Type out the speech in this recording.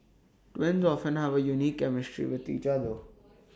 twins often have A unique chemistry with each other